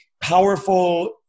powerful